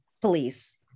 police